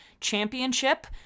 championship